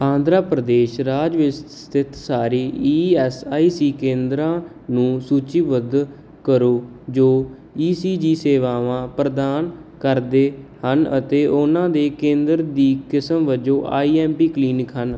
ਆਂਧਰਾ ਪ੍ਰਦੇਸ਼ ਰਾਜ ਵਿੱਚ ਸਥਿਤ ਸਾਰੇ ਈ ਐਸ ਆਈ ਸੀ ਕੇਂਦਰਾਂ ਨੂੰ ਸੂਚੀਬੱਧ ਕਰੋ ਜੋ ਈ ਸੀ ਜੀ ਸੇਵਾਵਾਂ ਪ੍ਰਦਾਨ ਕਰਦੇ ਹਨ ਅਤੇ ਉਹਨਾਂ ਦੇ ਕੇਂਦਰ ਦੀ ਕਿਸਮ ਵਜੋਂ ਆਈ ਐਮ ਟੀ ਕਲੀਨਿਕ ਹਨ